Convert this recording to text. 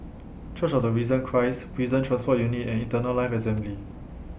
Church of The Risen Christ Prison Transport Unit and Eternal Life Assembly